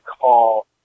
call